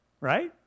right